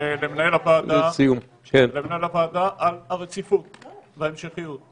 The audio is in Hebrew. למנהל הוועדה על הרציפות וההמשכיות,